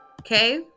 okay